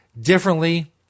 differently